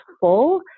full